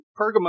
Pergamum